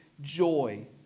joy